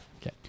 Okay